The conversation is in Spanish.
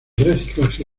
reciclaje